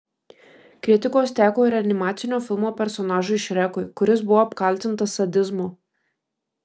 kritikos teko ir animacinio filmo personažui šrekui kuris buvo apkaltintas sadizmu